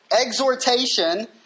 exhortation